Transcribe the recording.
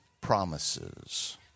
promises